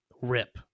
rip